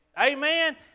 Amen